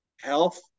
health